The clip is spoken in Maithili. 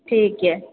ठीक यऽ